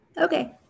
Okay